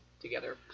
together